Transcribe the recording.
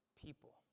people